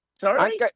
Sorry